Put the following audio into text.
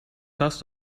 gas